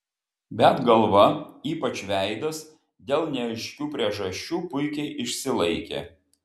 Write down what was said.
bet galva ypač veidas dėl neaiškių priežasčių puikiai išsilaikė